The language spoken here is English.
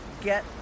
get